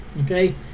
okay